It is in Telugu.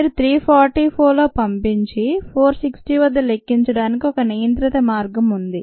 మీరు 340 లో పంపించి 460 వద్ద లెక్కించడానికి ఒక నియంత్రిత మార్గం ఉంది